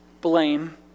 blame